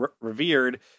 revered